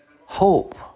Hope